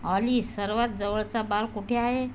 ऑली सर्वात जवळचा बार कुठे आहे